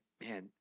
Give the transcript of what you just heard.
man